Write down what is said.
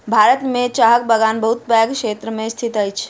भारत में चाहक बगान बहुत पैघ क्षेत्र में स्थित अछि